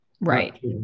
right